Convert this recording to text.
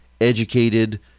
educated